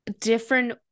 different